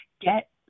get